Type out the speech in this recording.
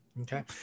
Okay